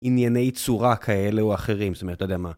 ענייני צורה כאלה או אחרים, זאת אומרת, לא יודע מה.